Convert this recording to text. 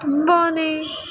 ತುಂಬಾ